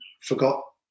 forgot